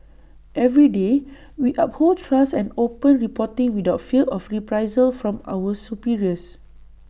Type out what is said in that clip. every day we uphold trust and open reporting without fear of reprisal from our superiors